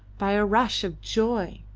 by a rush of joy,